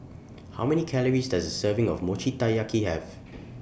How Many Calories Does A Serving of Mochi Taiyaki Have